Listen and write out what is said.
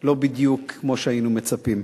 לא בדיוק כמו שהיינו מצפים.